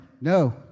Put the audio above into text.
No